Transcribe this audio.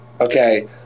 okay